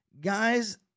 Guys